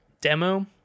demo